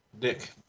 Dick